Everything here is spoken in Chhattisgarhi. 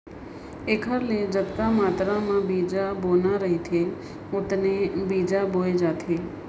एखर ले जतका मातरा म बीजा बोना रहिथे ओतने बीजा बोए जाथे